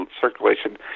circulation